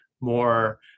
more